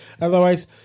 Otherwise